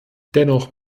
dennoch